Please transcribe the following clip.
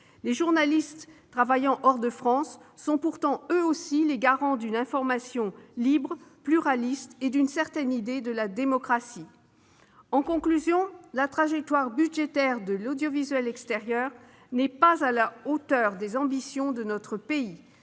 Les journalistes travaillant hors de France sont pourtant eux aussi les garants d'une information libre, pluraliste, et d'une certaine idée de la démocratie. En conclusion, la trajectoire budgétaire de l'audiovisuel extérieur n'est pas à la hauteur des ambitions de notre pays.